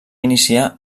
iniciar